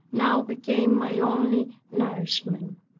now became my only nourishment.